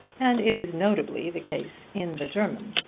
and it is notably the case in the german.